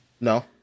No